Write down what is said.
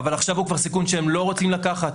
אבל עכשיו הוא כבר סיכון שהם לא רוצים לקחת.